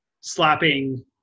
slapping